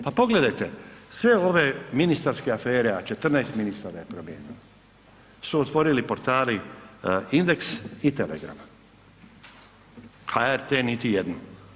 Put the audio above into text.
Pa pogledajte, sve ove ministarske afere, a 14 ministara je promijenilo su otvorili portali „Indeks“ i „Telegram“, HRT niti jednu.